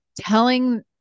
telling